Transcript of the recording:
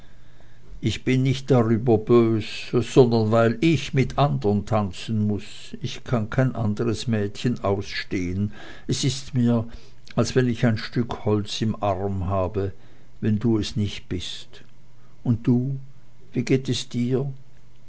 ich bin nicht darüber bös sondern weil ich mit andern tanzen muß ich kann kein anderes mädchen ausstehen es ist mir als wenn ich ein stück holz im arm habe wenn du es nicht bist und du wie geht es dir